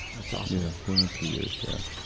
that's awesome. yeah, going on three years, yeah.